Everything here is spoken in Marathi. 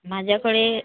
माझ्याकडे